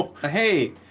hey